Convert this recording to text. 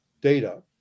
data